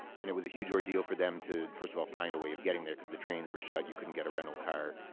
and it was a huge ordeal for them to first of all find a way of getting there because the trains were shut. you couldn't get a rental car.